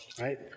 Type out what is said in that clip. Right